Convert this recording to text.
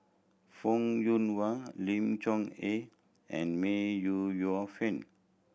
Fong Yoon Wah Lim Chong Eh and May Yu Yo Fen